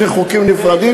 שני חוקים נפרדים.